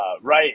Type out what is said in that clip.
right